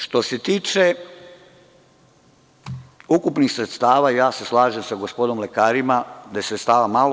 Što se tiče ukupnih sredstava, ja se slažem sa gospodom lekarima da je sredstava malo.